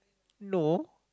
no